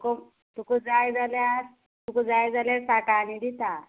कम तुका जाय जाल्यार तुका जाय जाल्यार साटांनी दिता